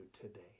today